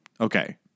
Okay